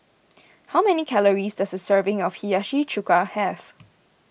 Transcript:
how many calories does a serving of Hiyashi Chuka have